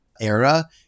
era